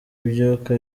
ibyuka